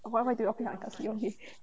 why why did uncle keep on eat